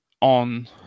on